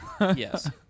Yes